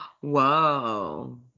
Whoa